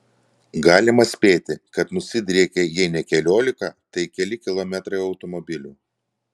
galima spėti kad nusidriekė jei ne keliolika tai keli kilometrai automobilių